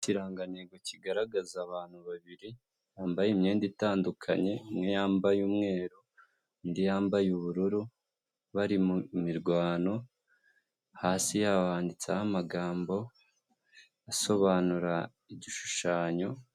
Ikirangantego kigaragaza abantu babiri bambaye imyenda itandukanye, umwe yambaye umweru undi yambaye ubururu bari mu mirwano, hasi yabo handitseho amagambo asobanura igishushanyo.